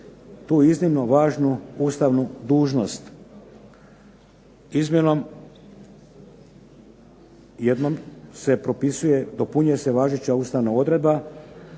iznimno važnu ustavnu dužnost. Izmjenom jednom se propisuje, dopunjuje se važeća ustavna odredba